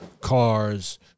cars